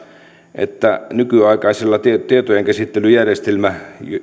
että nykyaikaisiin tietojenkäsittelyjärjestelmiin